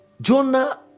Jonah